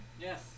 Yes